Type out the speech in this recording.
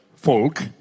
folk